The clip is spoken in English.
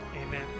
amen